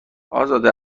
ازاده